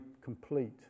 complete